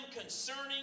concerning